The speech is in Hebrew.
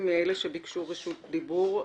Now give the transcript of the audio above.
נעמי מורביה, בבקשה.